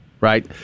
Right